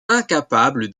incapable